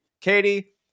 Katie